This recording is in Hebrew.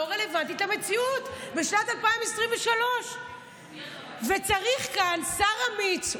רלוונטית למציאות בשנת 2023. צריך כאן שר אמיץ,